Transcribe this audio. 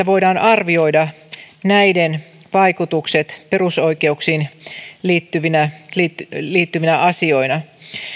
voidaan arvioida näiden vaikutukset perusoikeuksiin liittyvinä liittyvinä asioina